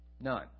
None